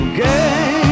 game